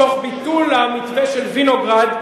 תוך כדי המתווה של וינוגרד,